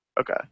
Okay